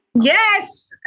Yes